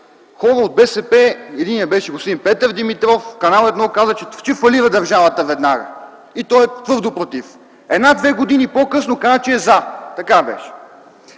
хора от БСП, единият беше господин Петър Димитров, в Канал 1 каза, че държавата ще фалира веднага и той е твърдо против. Една-две години по-късно казва, че е „за”. Така беше.